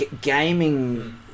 gaming